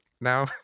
now